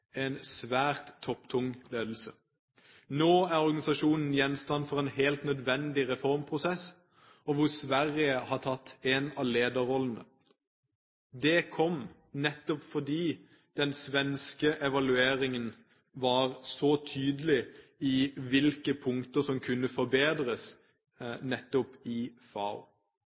en svært topptung ledelse. Nå er organisasjonen gjenstand for en helt nødvendig reformprosess, hvor Sverige har tatt en av lederrollene. Det kom nettopp fordi den svenske evalueringen var så tydelig med hensyn til hvilke punkter som kunne forbedres nettopp i